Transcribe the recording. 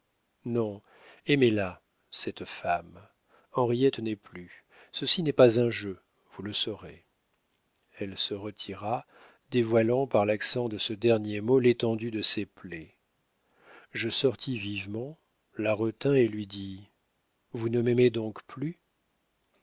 non aimez-la cette femme henriette n'est plus ceci n'est pas un jeu vous le saurez elle se retira dévoilant par l'accent de ce dernier mot l'étendue de ses plaies je sortis vivement la retins et lui dis vous ne m'aimez donc plus